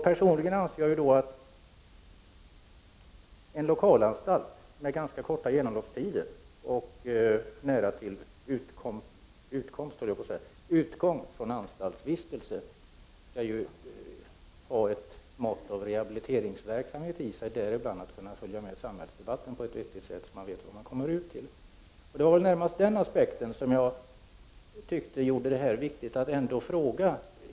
Personligen anser jag att en lokalanstalt med ganska korta genomloppstider och nära till slutet av anstaltsvistelsen skall ha ett mått av rehabiliteringsverksamhet. Man bör bl.a. på ett vettigt sätt kunna följa samhällsdebatten, så att man vet vad man kommer ut till. Den aspekten gjorde att jag fann det viktigt att ställa min fråga.